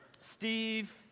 Steve